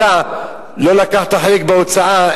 לא לקחת חלק בהוצאה,